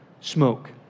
smoke